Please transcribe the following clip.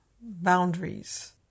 boundaries